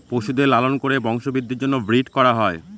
পশুদের লালন করে বংশবৃদ্ধির জন্য ব্রিড করা হয়